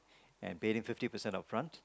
and paid him fifty percent up front